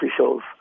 officials